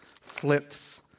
flips